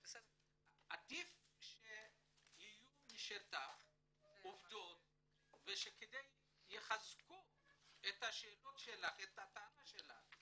עדיף שיהיו עובדות מהשטח כדי שיחזקו את הטענה שלך.